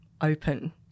open